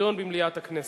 תידון במליאת הכנסת.